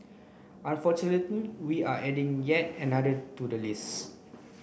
unfortunately we're adding yet another to the list